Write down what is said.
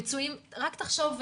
רק תחשוב,